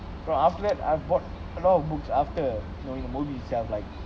so after that I bought a lot of books after knowing the movie itself like